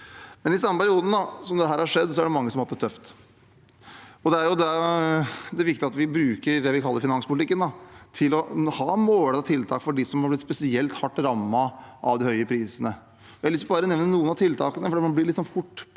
samme perioden som dette har skjedd, er det mange som har hatt det tøft. Da er det viktig at vi bruker det vi kaller finanspolitikken, til å ha mål og tiltak for dem som har blitt spesielt hardt rammet av de høye prisene. Jeg har lyst til å nevne noen av tiltakene, for det blir litt fort